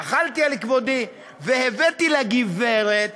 מחלתי על כבודי והבאתי לגברת